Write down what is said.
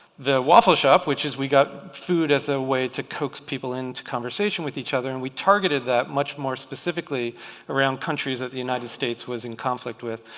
the waffle shop which is we got food as a way to coax people into conversation with each other and we targeted that much more specifically around countries that the united states was in conflict with.